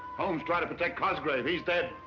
holmes tried to protect cosgrave, he's dead.